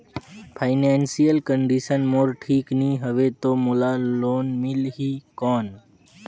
Financial condition मोर ठीक नी हवे तो मोला लोन मिल ही कौन??